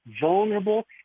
vulnerable